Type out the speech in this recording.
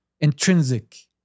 intrinsic